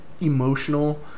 emotional